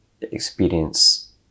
experience